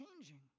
changing